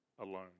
alone